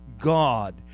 God